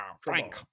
Frank